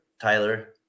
Tyler